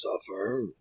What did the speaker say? suffer